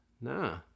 Nah